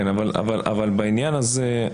אבל בעניין הזה,